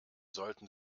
sollten